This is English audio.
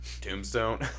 Tombstone